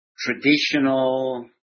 traditional